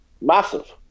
massive